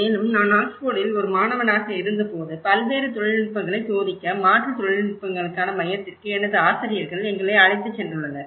மேலும் நான் ஆக்ஸ்போர்டில் ஒரு மாணவனாக இருந்தபோது பல்வேறு தொழில்நுட்பங்களைச் சோதிக்க மாற்று தொழில்நுட்பங்களுக்கான மையத்திற்கு எனது ஆசிரியர்கள் எங்களை அழைத்துச் சென்றுள்ளனர்